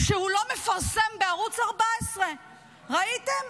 שהוא לא מפרסם בערוץ 14. ראיתם?